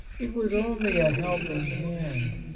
it was only a helping hand.